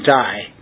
die